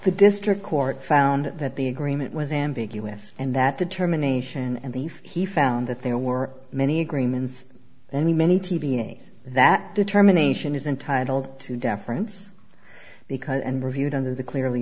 the district court found that the agreement was ambiguous and that determination and the if he found that there war many agreements only many t being that determination is entitled to deference because and reviewed under the clearly